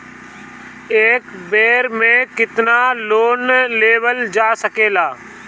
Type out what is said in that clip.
एक बेर में केतना लोन लेवल जा सकेला?